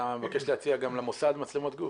אתה מבקש להציע גם למוסד מצלמות גוף?